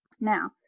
Now